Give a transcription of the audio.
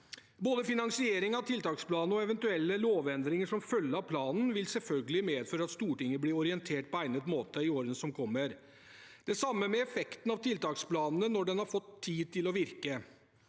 Både finansiering av tiltaksplanen og eventuelle lovendringer som følge av planen vil selvfølgelig medføre at Stortinget blir orientert på egnet måte i årene som kommer. Det samme gjelder effekten av tiltaksplanen, når den har fått tid til å virke.